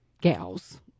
gals